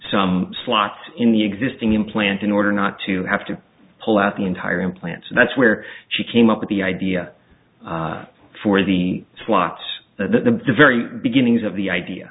some slot in the existing implant in order not to have to pull out the entire implant so that's where she came up with the idea for the slot the very beginnings of the idea